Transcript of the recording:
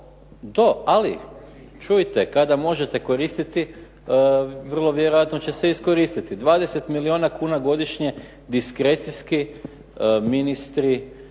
ali čujte kada morate koristiti vrlo vjerojatno će se iskoristiti. 20 milijuna kuna godišnje diskrecijski ministri